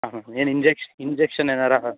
ಹಾಂ ಹಾಂ ಏನು ಇಂಜೆಕ್ಷ್ ಇಂಜೆಕ್ಷನ್ ಏನಾರು